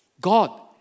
God